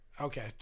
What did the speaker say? Okay